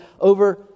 over